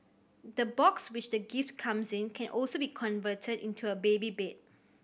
the box which the gift comes in can also be converted into a baby bed